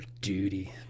Duty